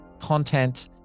content